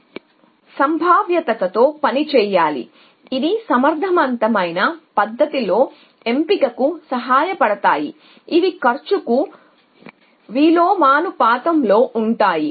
కాబట్టి మీరు సంభావ్యతతో పని చేయాలి ఇవి సమర్థవంతమైన పద్ధతిలో ఎంపికకు సహాయపడతాయి ఇవి కాస్ట్ కు విలోమానుపాతంలో ఉంటాయి